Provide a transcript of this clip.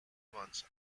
months